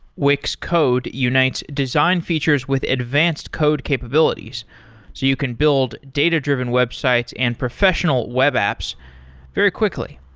wix code unites design features with advanced code capabilities, so you can build data-driven websites and professional web apps very quickly.